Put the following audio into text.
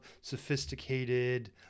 sophisticated